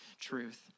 truth